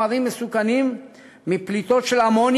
החל מ-05:00 דליפה של חומרים מסוכנים מפליטות של אמוניה,